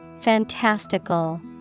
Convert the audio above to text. fantastical